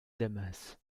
damas